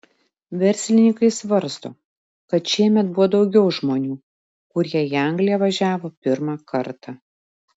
verslininkai svarsto kad šiemet buvo daugiau žmonių kurie į angliją važiavo pirmą kartą